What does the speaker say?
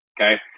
okay